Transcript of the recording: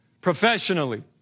professionally